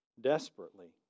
desperately